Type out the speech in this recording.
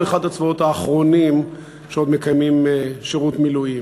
צה"ל הוא אחד הצבאות האחרונים שעוד מקיימים שירות מילואים.